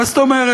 מה זאת אומרת?